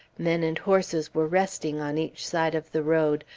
men and horses were resting on each side of the road,